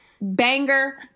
banger